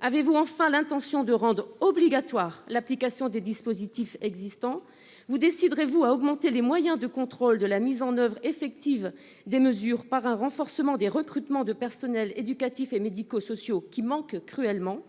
avez-vous enfin l'intention de rendre obligatoire l'application des dispositifs existants ? Vous déciderez-vous à augmenter les moyens de contrôle de la mise en oeuvre effective des mesures par un renforcement des recrutements des personnels éducatifs et médico-sociaux qui manquent cruellement ?